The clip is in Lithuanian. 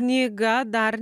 knyga dar